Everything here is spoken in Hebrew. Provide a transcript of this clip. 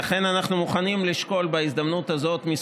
לכן אנחנו מוכנים לשקול בהזדמנות הזאת כמה